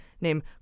named